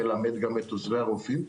ללמד גם את עוזרי הרופאים,